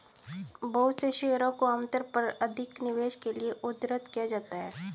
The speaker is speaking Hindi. बहुत से शेयरों को आमतौर पर अधिक निवेश के लिये उद्धृत किया जाता है